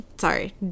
Sorry